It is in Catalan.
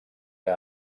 que